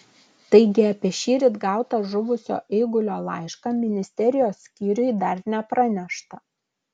taigi apie šįryt gautą žuvusio eigulio laišką ministerijos skyriui dar nepranešta